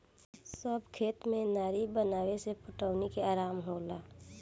सब खेत में नारी बनावे से पटवनी करे में आराम होला